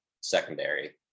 secondary